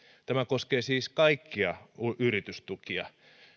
tämä koskee siis kaikkia yritystukia